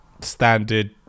standard